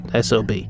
sob